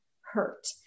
hurt